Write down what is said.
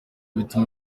bituma